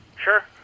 Sure